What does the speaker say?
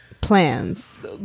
plans